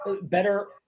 better